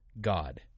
god